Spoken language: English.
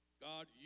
God